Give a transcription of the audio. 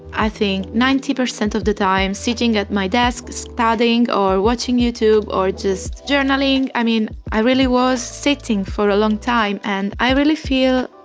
i think ninety percent of the time sitting at my desk studying, or watching youtube, or just journaling, i mean, i really was sitting for a long time and i really feel,